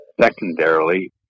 Secondarily